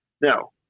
Now